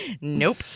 Nope